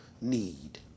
need